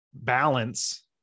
balance